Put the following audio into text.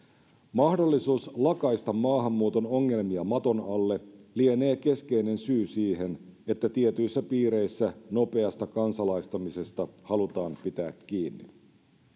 mahdollisuus lakaista maahanmuuton ongelmia maton alle lienee keskeinen syy siihen että tietyissä piireissä nopeasta kansalaistamisesta halutaan pitää kiinni